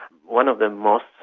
one of the most,